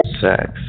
Sex